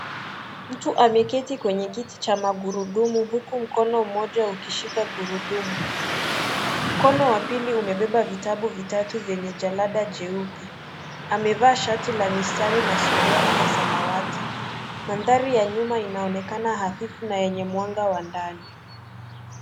Mtu ameketi kwenye kiti cha magurudumu huku mkono mmoja ukishika gurudumu. Mkono wa pili umebeba vitabu vitatu vyenye jalada jeupe. Amevaa shati la mistari na suruali ya samawati. Mandhari ya nyuma inaonekana hafifu na yenye mwanga wa ndani.